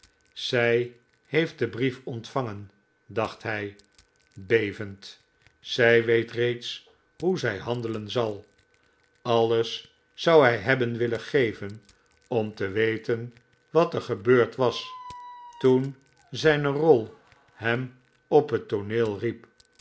zij heeft den brief ontvangen dacht hij bevehd zij weet reeds hoe zij handelen zal alles zou hij hebben willen geven om te weten wat er gebeurd was toen zijne rol hem op het tooneel riep